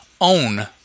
own